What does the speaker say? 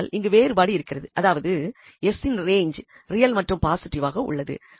ஆனால் இங்கு வேறுபாடு இருக்கிறது அதாவது அங்கு s இன் ரேஞ்ச் ரியல் மற்றும் பாசிட்டிவாக உள்ளது